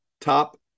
top